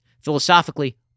philosophically